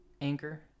Anchor